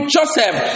Joseph